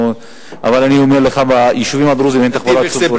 אבל אני אומר לך שביישובים הדרוזיים אין תחבורה ציבורית.